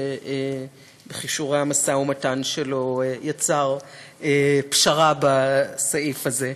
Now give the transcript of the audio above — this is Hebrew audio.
שבכישורי המשא-ומתן שלו יצר פשרה בסעיף הזה,